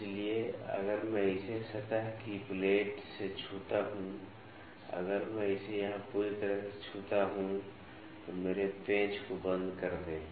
इसलिए अगर मैं इसे सतह की प्लेट से छूता हूं अगर मैं इसे यहां पूरी तरह से छूता हूं तो मेरे पेंच को बंद कर दें